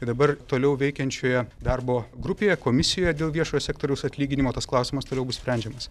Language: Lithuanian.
dabar toliau veikiančioje darbo grupėje komisijoje dėl viešojo sektoriaus atlyginimo tas klausimas toliau bus sprendžiamas